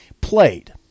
Played